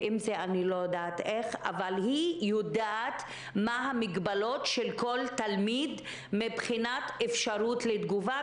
אבל היא יודעת מה המגבלות של כל תלמיד מבחינת אפשרות לתגובה,